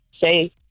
Say